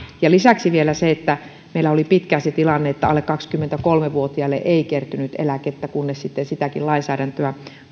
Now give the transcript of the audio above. lisäksi vielä meillä oli pitkään tilanne että alle kaksikymmentäkolme vuotiaille ei kertynyt eläkettä kunnes sitten sitäkin lainsäädäntöä